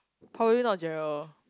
probably not Gerald